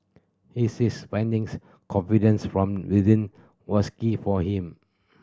he says finding confidence from within was key for him